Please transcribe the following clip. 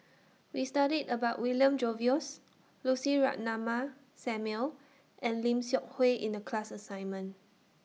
We studied about William Jervois Lucy Ratnammah Samuel and Lim Seok Hui in The class assignment